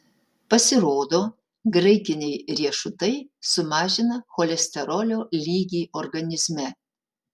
pasirodo graikiniai riešutai sumažina cholesterolio lygį organizme